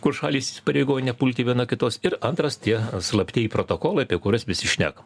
kur šalys įsipareigoja nepulti viena kitos ir antras tie slaptieji protokolai apie kuriuos visi šnekam